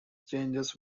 changes